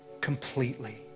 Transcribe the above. completely